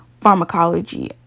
pharmacology